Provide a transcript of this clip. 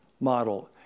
model